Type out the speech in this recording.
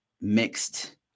mixed